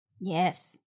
Yes